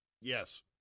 Yes